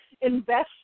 Invest